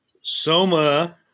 Soma